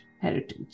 heritage